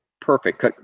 perfect